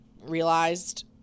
realized